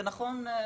נכון,